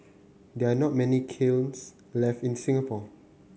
there are not many kilns left in Singapore